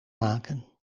maken